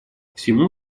всему